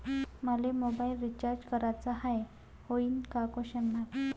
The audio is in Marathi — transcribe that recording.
मले मोबाईल रिचार्ज कराचा हाय, होईनं का?